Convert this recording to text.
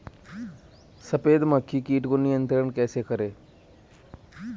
सफेद मक्खी कीट को नियंत्रण कैसे करें?